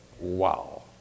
Wow